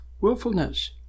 willfulness